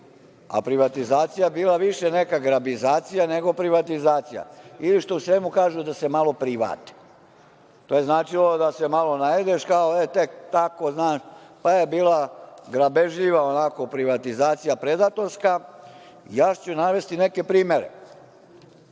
a privatizacija bila više neka grabizacija, nego privatizacija, ili što u Sremu kažu da se malo private. To je značilo da se malo najedeš, kao eto tek tako malo, pa je bila grabeživa malko privatizacija predatorska. Još ću navesti neke